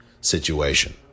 situation